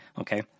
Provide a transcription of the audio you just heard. Okay